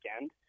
end